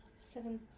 Seven